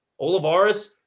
Olivares